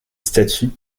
statues